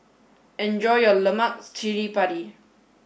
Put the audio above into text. enjoy your Lemak Cili Padi